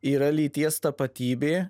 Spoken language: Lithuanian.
yra lyties tapatybė